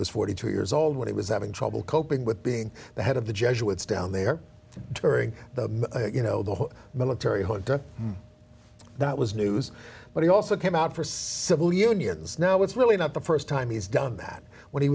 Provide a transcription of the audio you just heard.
was forty two years old when he was having trouble coping with being the head of the jesuits down there during the you know the military junta that was news but he also came out for civil unions now it's really not the st time he's done that when he